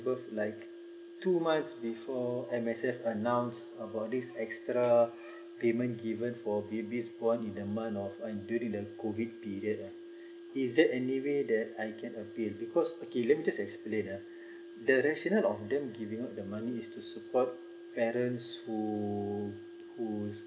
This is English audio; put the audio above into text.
birth like two months before M_S_F announced about this extra payment given for babies born in a month of during the COVID period uh is there any way that I can appeal because okay let me just explain uh the rational of them giving out the money is to support parents who who